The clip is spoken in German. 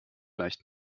leicht